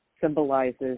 symbolizes